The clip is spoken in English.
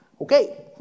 okay